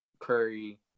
Curry